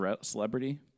celebrity